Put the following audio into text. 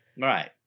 Right